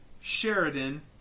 Sheridan